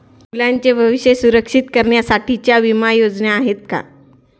मुलांचे भविष्य सुरक्षित करण्यासाठीच्या विमा योजना आहेत का?